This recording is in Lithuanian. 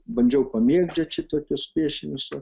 bandžiau pamėgdžiot šitokius piešinius